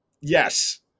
Yes